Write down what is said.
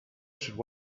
should